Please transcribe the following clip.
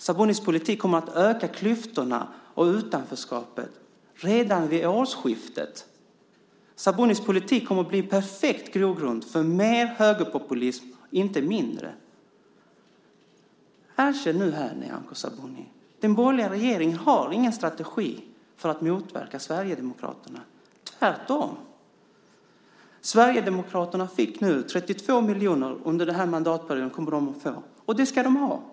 Sabunis politik kommer att öka klyftorna och utanförskapet redan vid årsskiftet. Sabunis politik blir en perfekt grogrund för mer högerpopulism, inte mindre. Erkänn nu, Nyamko Sabuni. Den borgerliga regeringen har ingen strategi för att motverka Sverigedemokraterna. Tvärtom. Sverigedemokraterna kommer att få 32 miljoner under den här mandatperioden. Det ska de ha.